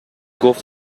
گفت